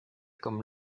comme